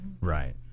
Right